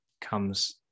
comes